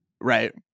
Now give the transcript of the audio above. Right